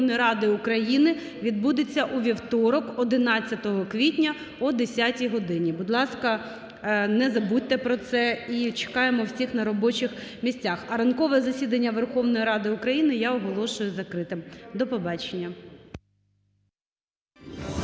Верховної Ради України відбудеться у вівторок 11 квітня о 10 годині. Будь ласка, не забудьте про це. І чекаємо всіх на робочих місцях. А ранкове засідання Верховної Ради України я оголошую закритим. До побачення.